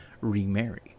remarry